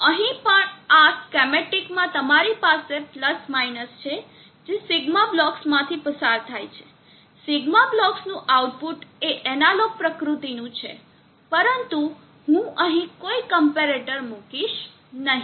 અહીં પણ આ સ્કેમેટીક માં તમારી પાસે છે જે સિગ્મા બ્લોકમાંથી પસાર થાય છે સિગ્મા બ્લોકનું આઉટપુટ એ એનાલોગ પ્રકૃતિનું છે પરંતુ હું અહીં કોઈ ક્મ્પેરેટર મૂકીશ નહીં